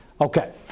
Okay